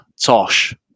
tosh